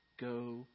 go